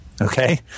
Okay